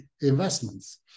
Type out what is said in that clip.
investments